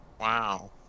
Wow